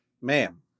Ma'am